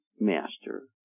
master